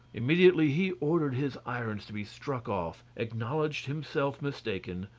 immediately he ordered his irons to be struck off, acknowledged himself mistaken,